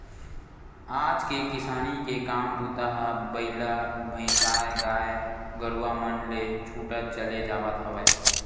आज के किसानी के काम बूता ह बइला भइसाएगाय गरुवा मन ले छूटत चले जावत हवय